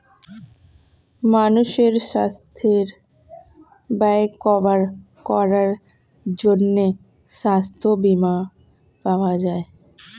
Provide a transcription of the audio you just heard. মানুষের সাস্থের ব্যয় কভার করার জন্যে সাস্থ বীমা পাওয়া যায়